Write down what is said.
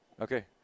Okay